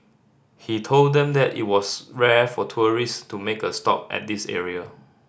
he told them that it was rare for tourist to make a stop at this area